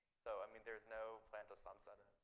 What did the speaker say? so, i mean, there's no plan to sunset it.